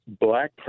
black